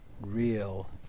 real